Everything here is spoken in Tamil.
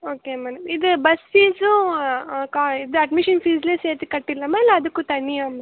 ஓகே மேடம் இது பஸ் ஃபீஸும் க இது அட்மிஷன் ஃபீஸ்லே சேர்த்து கட்டிர்லாமா இல்லை அதுக்கும் தனியாக